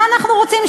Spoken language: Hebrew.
מה אנחנו רוצים?